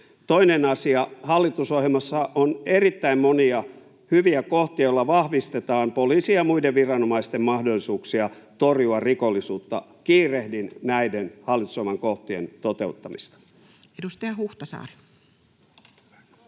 Toinen asia. Hallitusohjelmassa on erittäin monia hyviä kohtia, joilla vahvistetaan poliisin ja muiden viranomaisten mahdollisuuksia torjua rikollisuutta. Kiirehdin näiden hallitusohjelman kohtien toteuttamista. Edustaja Huhtasaari. Arvoisa